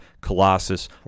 Colossus